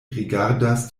rigardas